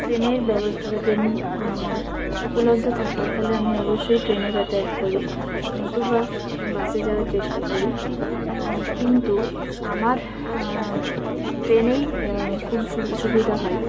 ট্রেনের ব্যবস্তা বা ট্রেন উপলব্ধ থাকে থালে আমি অবশ্যই ট্রেনে যাতায়াত করি নতুবা বাসে যাওয়ার চেষ্টা করি কিন্তু আমার ট্রেনেই খুব সুবিধা হয়